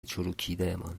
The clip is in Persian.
چروکیدهمان